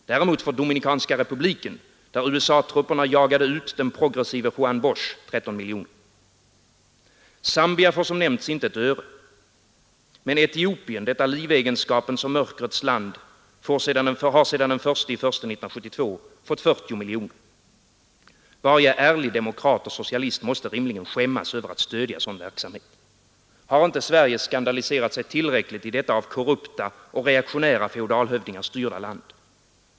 Däremot får Dominikanska republiken, där USA-trupperna jagade ut den progressive Juan Bosch, 13 miljoner. Zambia får som nämnts inte ett öre. Men Etiopien, detta livegenska pens och mörkrets land, har sedan 1 januari 1972 fått 40 miljoner. Varje Nr 72 ärlig demokrat och socialist måste rimligen skämmas över att stödja sådan Onsdagen den verksamhet. Har inte Sverige skandaliserat sig tillräckligt i detta av 25 april 1973 korrupta och reaktionära feodalhövdingar styrda land?